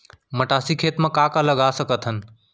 मटासी खेत म का का लगा सकथन?